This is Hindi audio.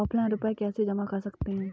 ऑफलाइन रुपये कैसे जमा कर सकते हैं?